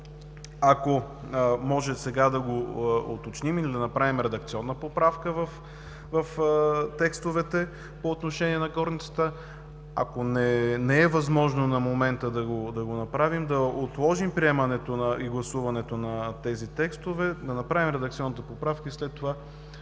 ако може, сега да го уточним и да направим редакционна поправка в текстовете по отношение на горницата. Ако не е възможно на момента да го направим, да отложим приемането и гласуването на тези текстове, да направим редакционната поправка и след това